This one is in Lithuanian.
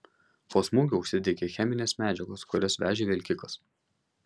po smūgio užsidegė cheminės medžiagos kurias vežė vilkikas